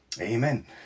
Amen